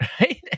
right